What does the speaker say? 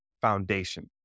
foundation